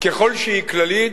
ככל שהיא כללית,